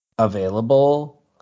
available